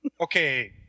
Okay